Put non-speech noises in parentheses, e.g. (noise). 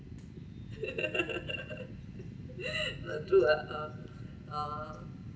(laughs) ah true lah ah